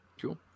Cool